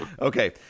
Okay